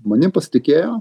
manim pasitikėjo